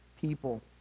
people